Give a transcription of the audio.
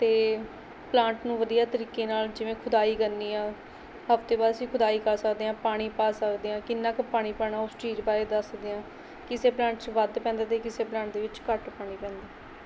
ਅਤੇ ਪਲਾਂਟ ਨੂੰ ਵਧੀਆ ਤਰੀਕੇ ਨਾਲ਼ ਜਿਵੇਂ ਖੁਦਾਈ ਕਰਨੀ ਆ ਹਫ਼ਤੇ ਬਾਅਦ ਅਸੀਂ ਖੁਦਾਈ ਕਰ ਸਕਦੇ ਹਾਂ ਪਾਣੀ ਪਾ ਸਕਦੇ ਹਾਂ ਕਿੰਨਾ ਕੁ ਪਾਣੀ ਪਾਉਣਾ ਉਸ ਚੀਜ਼ ਬਾਰੇ ਦੱਸਦੇ ਹਾਂ ਕਿਸੇ ਪਲਾਂਟ 'ਚ ਵੱਧ ਪੈਂਦਾ ਅਤੇ ਕਿਸੇ ਪਲਾਂਟ ਦੇ ਵਿੱਚ ਘੱਟ ਪਾਣੀ ਪੈਂਦਾ